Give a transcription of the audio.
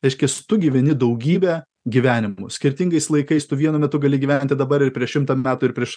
reiškias tu gyveni daugybę gyvenimų skirtingais laikais tu vienu metu gali gyventi dabar ir prieš šimtą metų ir prieš